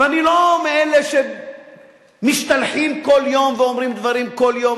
ואני לא מאלה שמשתלחים כל יום ואומרים דברים כל יום.